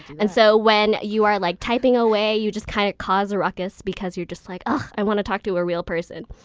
and so when you are like typing away, you just kind of cause a ruckus because you're like, oh, i want to talk to a real person.